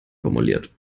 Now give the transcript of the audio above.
formuliert